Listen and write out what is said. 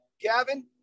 gavin